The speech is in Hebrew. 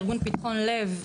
מארגון פתחון לב,